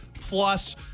plus